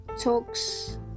talks